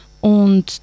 Und